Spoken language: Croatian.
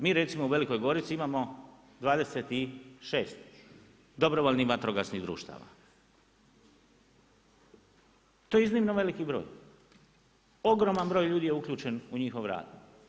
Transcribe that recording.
Mi recimo u Velikoj Gorici imamo 26 dobrovoljnih vatrogasnih društava, to je iznimno veliki broj, ogroman broj ljudi je uključen u njihov rad.